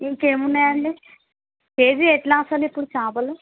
ఇంకా ఏమున్నాయండి కేజీ ఎలా వస్తుంది ఇప్పుడు చేపలు